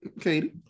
Katie